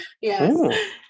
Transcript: Yes